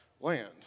land